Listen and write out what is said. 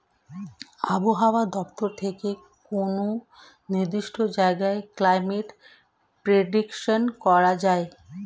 আবহাওয়া দপ্তর থেকে কোনো নির্দিষ্ট জায়গার ক্লাইমেট প্রেডিকশন করা যায়